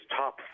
top